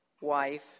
wife